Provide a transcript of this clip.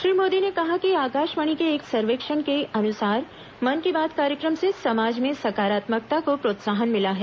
श्री मोदी ने कहा कि आकाशवाणी के एक सर्वेक्षण के अनुसार मन की बात कार्यक्रम से समाज में सकारात्मकता को प्रोत्ब्साहन मिला है